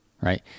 right